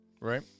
Right